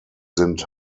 sind